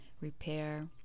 repair